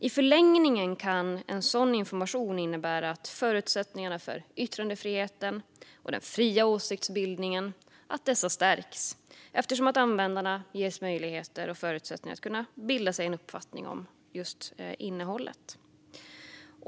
I förlängningen kan sådan information innebära att förutsättningarna för yttrandefriheten och den fria åsiktsbildningen stärks eftersom användarna ges möjligheter och förutsättningar att bilda sig en uppfattning om just innehållet.